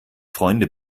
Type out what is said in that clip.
freunde